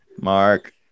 Mark